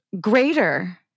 greater